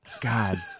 God